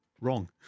wrong